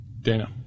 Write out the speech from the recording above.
Dana